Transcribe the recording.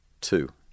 two